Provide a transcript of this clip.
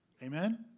Amen